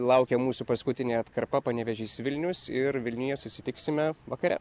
laukia mūsų paskutinė atkarpa panevėžys vilnius ir vilniuje susitiksime vakare